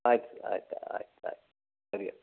ಆಯ್ತು ಆಯಿತಾ ಆಯ್ತು ಆಯ್ತು ಸರಿ